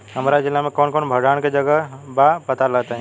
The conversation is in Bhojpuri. हमरा जिला मे कवन कवन भंडारन के जगहबा पता बताईं?